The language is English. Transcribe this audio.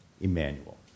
Emmanuel